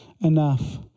enough